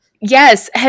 Yes